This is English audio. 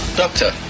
doctor